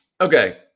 Okay